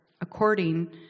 according